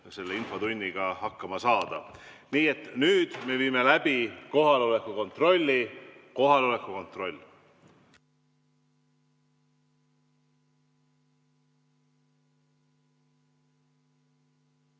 selle infotunniga hakkama saada. Nüüd me viime läbi kohaloleku kontrolli. Kohaloleku kontroll.